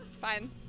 fine